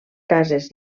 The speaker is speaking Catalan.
cases